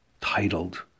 titled